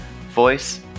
voice